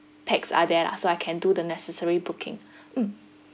pax are there lah so I can do the necessary booking mm